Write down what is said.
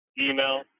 email